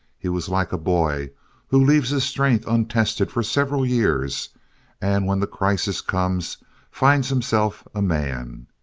he was like a boy who leaves his strength untested for several years and when the crisis comes finds himself a man.